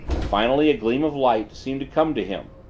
finally a gleam of light seemed to come to him.